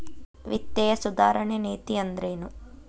ವಿತ್ತೇಯ ಸುಧಾರಣೆ ನೇತಿ ಅಂದ್ರೆನ್